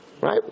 Right